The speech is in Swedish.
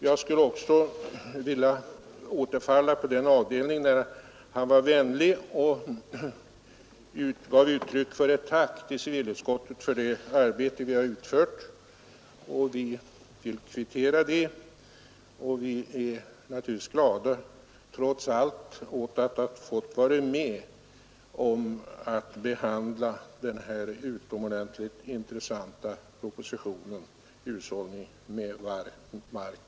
Jag skulle också vilja återfalla på den avdelning där han var vänlig och gav uttryck för ett tack till civilutskottet för det arbete vi har utfört. Vi vill kvittera det; vi är naturligtvis trots allt glada över att vi fått vara med om att behandla den här utomordentligt intressanta propositionen Hushållning med mark och vatten.